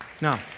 Now